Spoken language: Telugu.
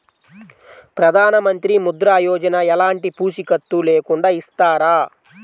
ప్రధానమంత్రి ముద్ర యోజన ఎలాంటి పూసికత్తు లేకుండా ఇస్తారా?